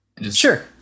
Sure